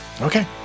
Okay